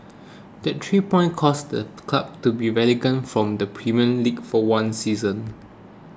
that three points caused the club to be relegated from the Premier League for one season